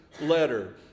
letter